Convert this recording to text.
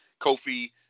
Kofi